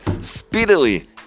speedily